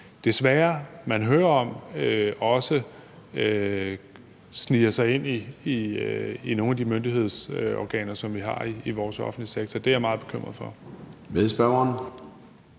desværre hører om også sniger sig ind i nogle af de myndighedsopgaver, som vi har i vores offentlige sektor. Det er jeg meget bekymret for.